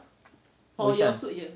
which one